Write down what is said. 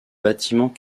bâtiments